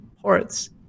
ports